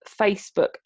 Facebook